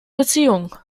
beziehungen